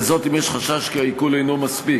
וזאת אם יש חשש כי העיקול אינו מספיק,